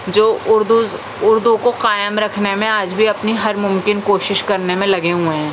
جو اردوز اردو کو قائم رکھنے میں آج بھی اپنی ہر ممکن کوشش کرنے میں لگے ہوئے ہیں